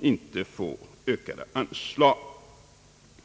inte får ökade anslag.